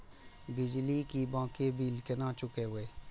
बिजली की बाकी बील केना चूकेबे?